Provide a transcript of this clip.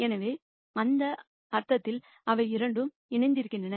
எனவேஅவை இரண்டும் இணைந்திருக்கின்றன